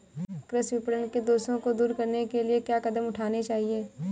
कृषि विपणन के दोषों को दूर करने के लिए क्या कदम उठाने चाहिए?